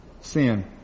sin